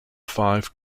five